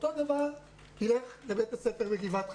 שאותו דבר ילך לבית הספר בגבעת חביבה.